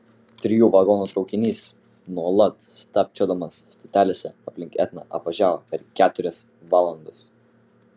trijų vagonų traukinys nuolat stabčiodamas stotelėse aplink etną apvažiavo per keturias valandas